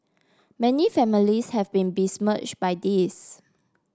many families have been besmirched by this